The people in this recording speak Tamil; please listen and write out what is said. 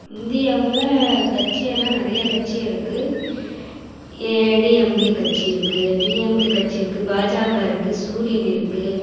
இந்தியாவில் கட்சியெல்லாம் நிறையா கட்சி இருக்கு ஏடிஎம்கே கட்சி இருக்கு டிஎம்கே கட்சி இருக்கு பாஜக இருக்கு சூரியன் இருக்கு